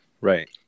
Right